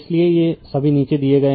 इसलिए ये सभी नीचे दिए गए हैं